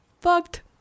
Fucked